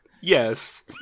Yes